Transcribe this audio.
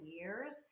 years